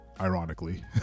ironically